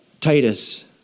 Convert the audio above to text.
Titus